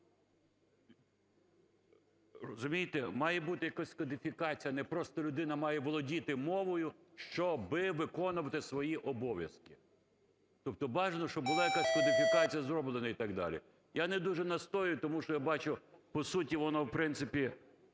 Розумієте, має бути якась кодифікація, не просто людина має володіти мовою, щоб виконувати свої обов'язки. Тобто бажано, щоб була якась кодифікація зроблена і так далі. Я не дуже настоюю, тому що я бачу, по суті воно, в принципі,